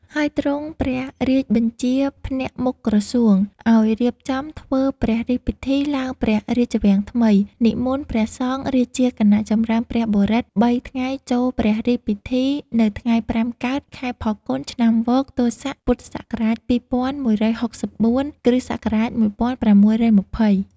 ហើយទ្រង់ព្រះរាជបញ្ជាភ្នាក់មុខក្រសួង ឲ្យរៀបចំធ្វើព្រះរាជពិធីឡើងព្រះរាជវាំងថ្មី និមន្តព្រះសង្ឃរាជាគណៈចម្រើនព្រះបរិត្ត ៣ ថ្ងៃចូលព្រះរាជពិធីនៅថ្ងៃ ៥ កើត ខែផល្គុន ឆ្នាំវកទោស័ក ពុទ្ធសករាជ ២១៦៤ គ្រិស្តសករាជ ១៦២០